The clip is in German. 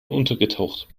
untergetaucht